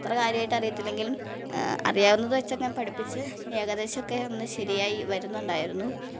അത്ര കാര്യമായിട്ട് അറിയത്തില്ലെങ്കിലും അറിയാവുന്നത് വെച്ചങ്ങ് പഠിപ്പിച്ച് ഏകദേശം ഒക്കെ ഒന്ന് ശരിയായി വരുന്നുണ്ടായിരുന്നു